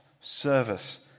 service